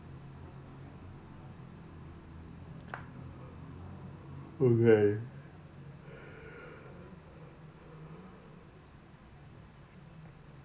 okay